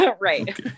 right